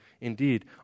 Indeed